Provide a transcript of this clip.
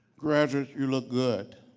graduates you look good.